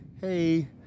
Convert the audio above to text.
hey